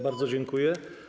Bardzo dziękuję.